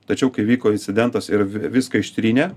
tačiau kai vyko incidentas ir vi viską ištrynė